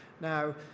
now